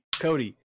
Cody